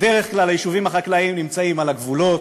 בדרך כלל היישובים החקלאיים נמצאים על הגבולות,